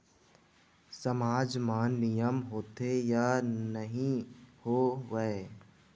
सामाज मा नियम होथे या नहीं हो वाए?